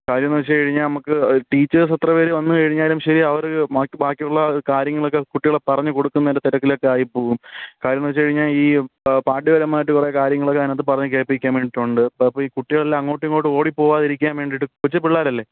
കാര്യമെന്നു വെച്ചുകഴിഞ്ഞാൽ നമുക്ക് ടീച്ചേഴ്സെത്ര പേര് വന്നുകഴിഞ്ഞാലും ശരി അവർ ബാക്കി ബാക്കിയുള്ള കാര്യങ്ങളൊക്കെ കുട്ടികളെ പറഞ്ഞുകൊടുക്കുന്നതിൻ്റെ തിരക്കിലൊക്കെ ആയിപ്പോകും കാര്യമെന്നു വെച്ചുകഴിഞ്ഞാൽ ഈ പാർട്ടിപരമായിട്ട് കുറെ കാര്യങ്ങളൊക്കെ അതിനകത്ത് പറഞ്ഞു കേൾപ്പിക്കാൻ വേണ്ടീട്ടുണ്ട് അപ്പോൾ അപ്പോൾ ഈ കുട്ടികളെല്ലാം അങ്ങോട്ടും ഇങ്ങോട്ടും ഓടിപ്പോകാതിരിക്കാൻ വേണ്ടീട്ട് കൊച്ചുപിള്ളേരല്ലേ